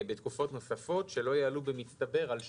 בתקופות נוספות שלא יעלו במצטבר על שנה.